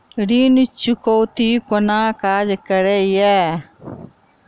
ऋण चुकौती कोना काज करे ये?